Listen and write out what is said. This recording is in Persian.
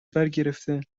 برگرفته